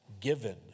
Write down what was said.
Given